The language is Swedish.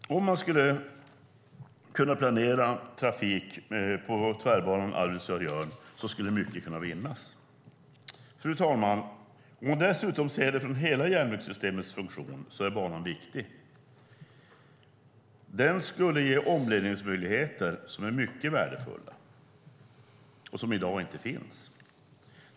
Om man skulle kunna planera trafik på tvärbanan Arvidsjaur-Jörn skulle mycket kunna vinnas. Fru talman! Om man dessutom ser det från hela järnvägssystemets funktion är banan viktig. Den skulle ge omledningsmöjligheter som är mycket värdefulla och som inte finns i dag.